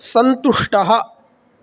सन्तुष्टः